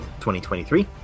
2023